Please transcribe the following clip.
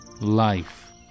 life